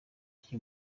iki